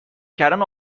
کردن